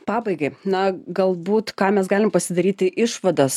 pabaigai na galbūt ką mes galim pasidaryti išvadas